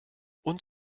und